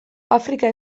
afrika